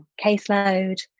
caseload